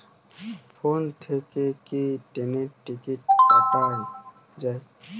Phone থেকে কি ট্রেনের টিকিট কাটা য়ায়?